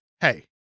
hey